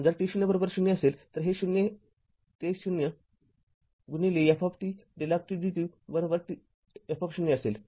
जर t0 0 असेल तर हे 0 ते 0 f δdt f असेल